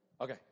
Okay